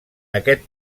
aquest